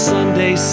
Sunday